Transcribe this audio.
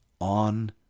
on